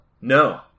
No